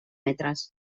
metres